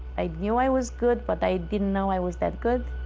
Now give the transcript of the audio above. i knew i was good, but i didn't know i was that good.